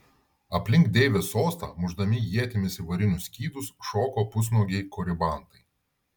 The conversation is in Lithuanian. aplink deivės sostą mušdami ietimis į varinius skydus šoko pusnuogiai koribantai